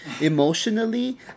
emotionally